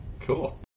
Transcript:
cool